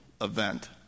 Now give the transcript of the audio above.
event